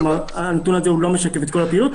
כלומר, הנתון הזה לא משקף את כל הפעילות.